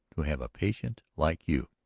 to have a patient like you.